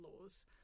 laws